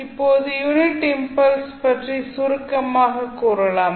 இப்போது unit impulse பற்றி சுருக்கமாகக் கூறலாம்